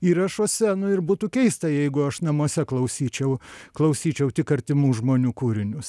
įrašuose nu ir būtų keista jeigu aš namuose klausyčiau klausyčiau tik artimų žmonių kūrinius